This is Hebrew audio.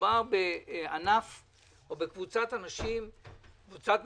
שמדובר בענף או בקבוצת משקים